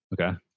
Okay